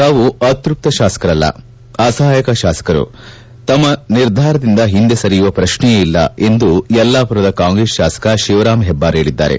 ತಾವು ಅತೃಪ್ತ ಶಾಸಕರಲ್ಲ ಅಸಹಾಯಕ ಶಾಸಕರು ತಮ್ನ ನಿರ್ಧಾರದಿಂದ ಹಿಂದೆ ಸರಿಯುವ ಶ್ರಶ್ನೆಯೇ ಇಲ್ಲ ಎಂದು ಯಲ್ಲಾಪುರದ ಕಾಂಗ್ರೆಸ್ ಶಾಸಕ ಶಿವರಾಂ ಹೆಬ್ಬಾರ್ ಹೇಳಿದ್ದಾರೆ